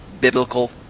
biblical